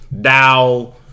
Dow